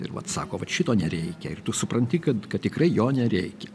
ir vat sako vat šito nereikia ir tu supranti kad kad tikrai jo nereikia